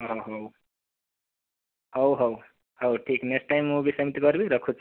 ହେଉ ହେଉ ହେଉ ଠିକ୍ ନେକ୍ସ୍ଟ ଟାଇମ୍ ମୁଁ ବି ସେମତି କରିବି ରଖୁଛି